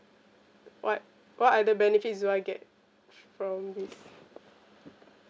what what other benefits do I get from this